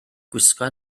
gwisga